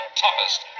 toughest